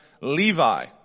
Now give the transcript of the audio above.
Levi